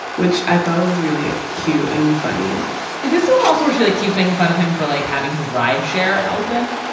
which i thought was really cute and funny it's so um also where she like keeps making fun of him for, like, having his ride share open,